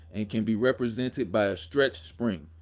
and can be represented by a stretched spring.